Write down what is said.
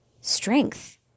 strength